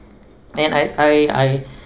and I I I